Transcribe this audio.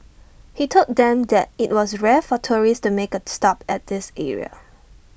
he told them that IT was rare for tourists to make A stop at this area